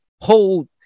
hold